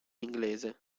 inglese